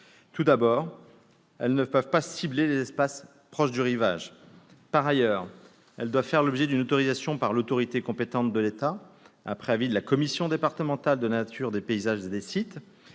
Tout d'abord, elles ne peuvent pas cibler les espaces proches du rivage. Par ailleurs, elles doivent faire l'objet d'une autorisation de l'autorité compétente de l'État, après avis de la commission départementale de la nature, des paysages et des sites,